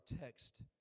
text